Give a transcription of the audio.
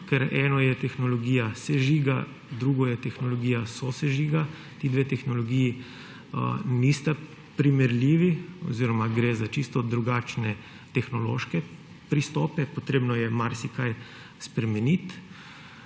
ker eno je tehnologija sežiga, drugo je tehnologija sosežiga. Ti dve tehnologiji nista primerljivi oziroma gre za čisto drugačne tehnološke pristope, potrebno je marsikaj spremeniti.